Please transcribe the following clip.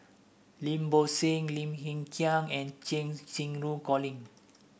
Lim Bo Seng Lim Hng Kiang and Cheng Xinru Colin